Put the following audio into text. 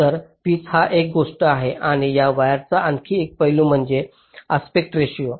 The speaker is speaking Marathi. तर पीच ही एक गोष्ट आहे आणि या वायर्सचा आणखी एक पैलू म्हणजे आस्पेक्ट रेशिओ